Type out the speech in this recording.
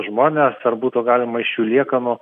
žmones ar būtų galima iš jų liekanų